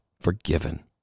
forgiven